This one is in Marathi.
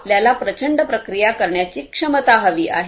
आपल्याला प्रचंड प्रक्रिया करण्याची क्षमता हवी आहे